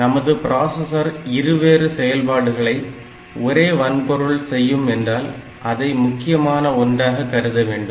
நமது பிராசஸர் இருவேறு செயல்பாடுகளை ஒரே வன்பொருள் செய்யும் என்றால் அதை முக்கியமான ஒன்றாக கருத வேண்டும்